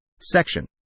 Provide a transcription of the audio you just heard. Section